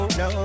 no